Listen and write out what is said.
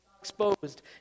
exposed